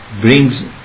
brings